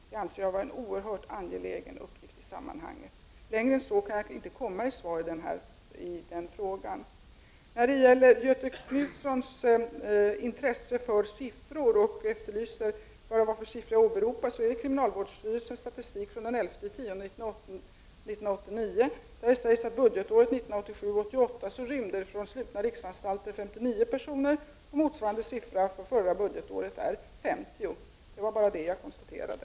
Detta är en oerhört angelägen uppgift. Längre än så kan jag inte gå i mitt svar på den frågan. Göthe Knutson intresserade sig för siffror och undrade vad det var för siff ror jag åberopade. De är tagna från kriminalvårdsstyrelsens statistik från den 11 oktober 1989. Det sägs där att budgetåret 1987/88 rymde från slutna riksanstalter 59 personer, medan motsvarande siffra för förra budgetåret är 50. Det var bara detta jag konstaterade.